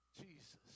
Jesus